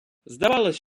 здавалось